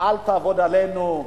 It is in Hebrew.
אל תעבוד עלינו.